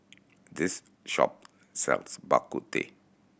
this shop sells Bak Kut Teh